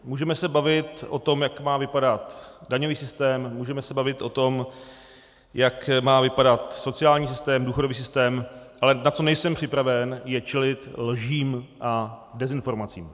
Můžeme se bavit o tom, jak má vypadat daňový systém, můžeme se bavit o tom, jak má vypadat sociální systém, důchodový systém, ale na co nejsem připraven, je čelit lžím a dezinformacím.